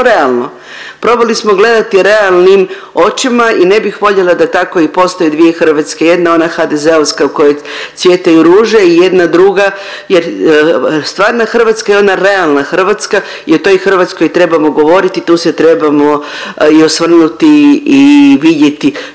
Probali smo gledati realnim očima i ne bih voljela da tako i postoje dvije Hrvatske, jedna ona HDZ-ovska u kojoj cvjetaju ruže i jedna druga, jer stvarna Hrvatska je ona realna Hrvatska i o toj Hrvatskoj trebamo govoriti, tu se trebamo i osvrnuti i vidjeti